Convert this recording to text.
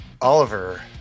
Oliver